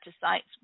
sites